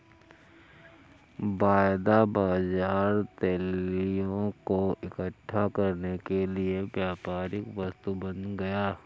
वायदा बाजार तितलियों को इकट्ठा करने के लिए व्यापारिक वस्तु बन गया